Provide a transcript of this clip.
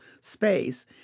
space—